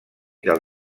del